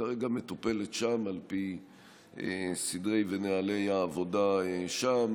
כרגע מטופלת שם על פי סדרי ונוהלי העבודה שם.